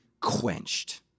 quenched